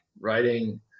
writing